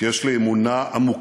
כי יש לי אמונה עמוקה: